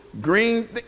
green